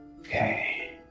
Okay